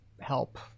help